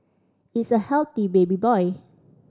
it's a healthy baby boy